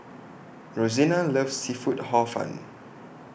Rosena loves Seafood Hor Fun